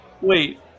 Wait